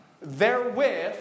therewith